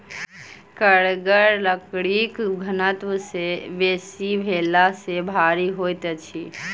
कड़गर लकड़ीक घनत्व बेसी भेला सॅ भारी होइत अछि